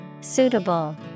Suitable